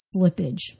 slippage